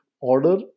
order